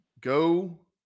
Go